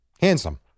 Handsome